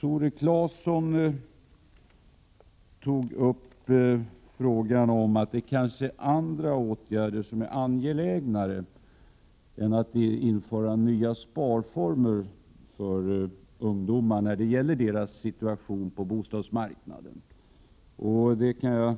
Tore Claeson tog upp frågan om att det kanske finns andra åtgärder är nya sparformer som är mer angelägna att genomföra när det gäller ungdomens situation på bostadsmarknaden. Jag kan